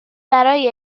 برای